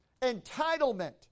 entitlement